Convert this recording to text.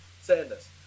sadness